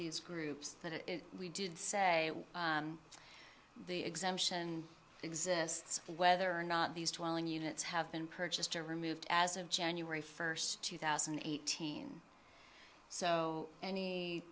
these groups that we did say the exemption exists whether or not these two island units have been purchased or removed as of january first two thousand and eighteen so any